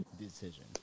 decision